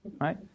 right